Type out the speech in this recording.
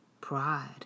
pride